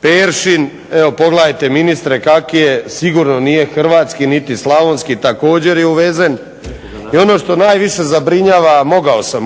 peršin, pogledajte ministre kakvi je, sigurno nije Hrvatski niti slavonski, također je uvezen i ono što najviše zabrinjava, mogao sam